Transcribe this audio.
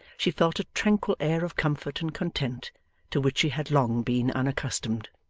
she felt a tranquil air of comfort and content to which she had long been unaccustomed.